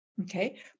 okay